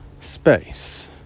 space